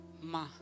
ma